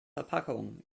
verpackung